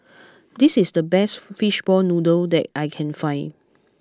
this is the best Fishball Noodle that I can find